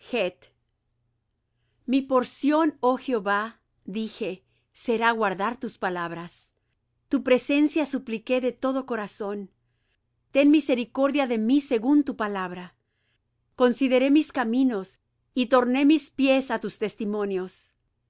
mi porción oh jehová dije será guardar tus palabras tu presencia supliqué de todo corazón ten misericordia de mí según tu palabra consideré mis caminos y torné mis pies á tus testimonios